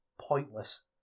pointless